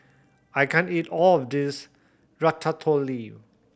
I can't eat all of this Ratatouille